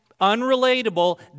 unrelatable